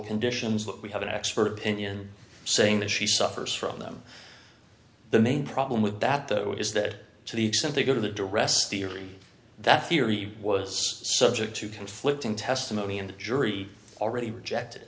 conditions but we have an expert opinion saying that she suffers from them the main problem with that though is that to the extent they go to the directs the early that theory was subject to conflicting testimony and the jury already rejected